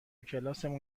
کلاسمون